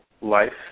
life